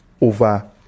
over